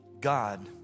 God